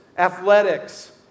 Athletics